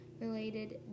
related